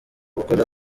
gukora